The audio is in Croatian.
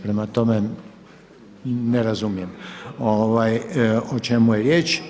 Prema tome, ne razumijem o čemu je riječ.